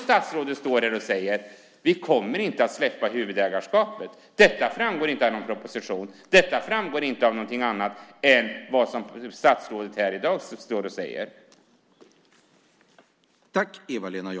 Statsrådet säger ändå att man inte kommer att släppa huvudägarskapet. Det framgår inte av någon proposition. Det framgår inte av något annat än av vad statsrådet står här och säger i dag.